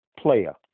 player